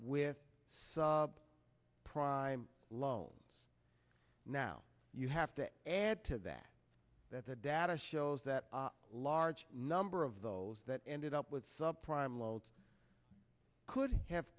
with saab prime loans now you have to add to that that the data shows that a large number of those that ended up with subprime loans could have